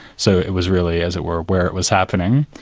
so it was really, as it were, where it was happening,